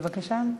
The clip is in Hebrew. בבקשה.